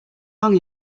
long